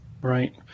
Right